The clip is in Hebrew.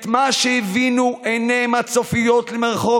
את מה שהבינו עיניהן הצופיות למרחוק